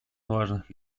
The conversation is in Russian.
важных